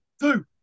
Two